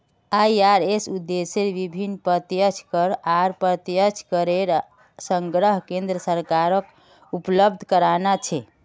IRS उद्देश्य विभिन्न प्रत्यक्ष कर आर अप्रत्यक्ष करेर संग्रह केन्द्र सरकारक उपलब्ध कराना छे